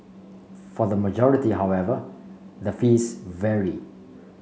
for the majority however the fees vary